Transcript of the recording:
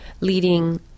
leading